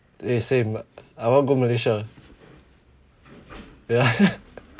eh same I want go malaysia ya